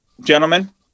gentlemen